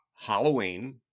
Halloween